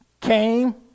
came